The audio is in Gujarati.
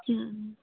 હં